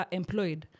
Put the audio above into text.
employed